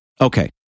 Okay